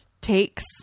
takes